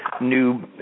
new